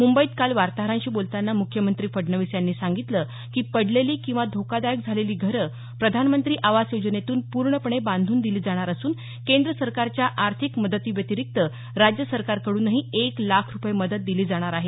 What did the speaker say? मुंबईत काल वार्ताहरांशी बोलतांना मुख्यमंत्री फडणवीस यांनी सांगितलं की पडलेली किंवा धोकादायक झालेली घरं प्रधानमंत्री आवास योजनेतून पूर्णपणे बांधून दिली जाणार असून केंद्र सरकारच्या आर्थिक मदतीव्यतिरिक्त राज्य सरकारकडूनही एक लाख रुपये मदत दिली जाणार आहे